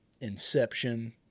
Inception